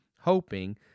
hoping